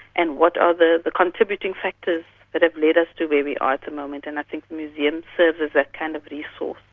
and what are the the contributing factors that have led us to where we are at the moment, and i think museums serve as a kind of resource.